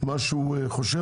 מה שהוא חושב,